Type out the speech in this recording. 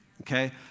okay